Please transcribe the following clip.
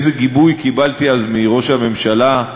איזה גיבוי קיבלתי אז מראש הממשלה,